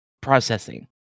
Processing